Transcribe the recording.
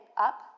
up